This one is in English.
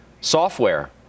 software